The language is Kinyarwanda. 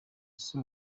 ese